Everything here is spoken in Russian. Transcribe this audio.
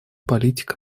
политика